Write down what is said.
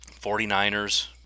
49ers